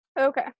Okay